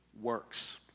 Works